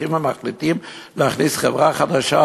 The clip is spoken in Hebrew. הולכים ומחליטים להכניס חברה חדשה,